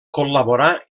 col·laborà